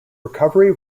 recovery